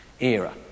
era